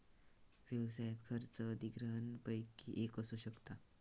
व्यवसायात खर्च अधिग्रहणपैकी एक असू शकता